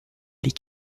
les